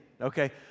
Okay